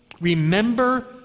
remember